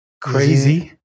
crazy